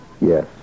Yes